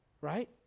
Right